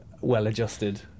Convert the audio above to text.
well-adjusted